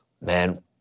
Man